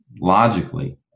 Logically